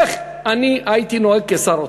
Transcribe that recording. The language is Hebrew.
איך הייתי נוהג כשר אוצר,